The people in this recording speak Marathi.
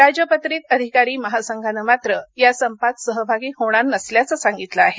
राजपत्रित अधिकारी महासंघान मात्र या संपात सहभागी होणार नसल्याचं सांगितल आहे